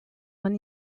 man